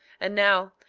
and now,